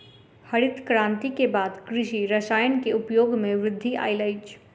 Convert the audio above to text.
हरित क्रांति के बाद कृषि रसायन के उपयोग मे वृद्धि आयल अछि